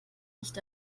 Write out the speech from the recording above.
nicht